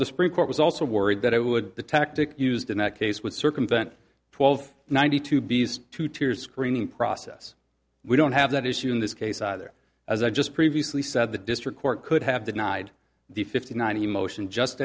the supreme court was also worried that it would the tactic used in that case would circumvent twelve ninety two bees to tears screening process we don't have that issue in this case either as i just previously said the district court could have denied the fifty nine he motion just